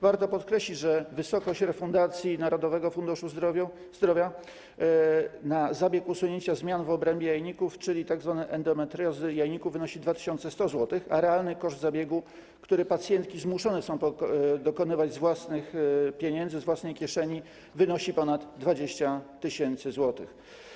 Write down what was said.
Warto podkreślić, że wysokość refundacji Narodowego Funduszu Zdrowia za zabieg usunięcia zmian w obrębie jajników, czyli tzw. endometriozy jajników, wynosi 2100 zł, a realny koszt zabiegu, który pacjentki zmuszone są pokrywać z własnych pieniędzy, z własnej kieszeni, wynosi ponad 20 tys. zł.